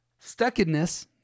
Stuckedness